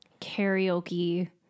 karaoke